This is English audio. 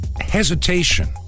hesitation